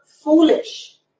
foolish